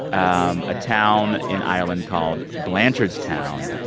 um a town in ireland called blanchardstown,